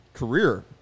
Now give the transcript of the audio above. Career